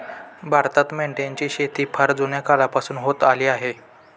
भारतात मेंढ्यांची शेती फार जुन्या काळापासून होत आली आहे